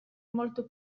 molto